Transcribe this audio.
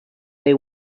they